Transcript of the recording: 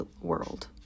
world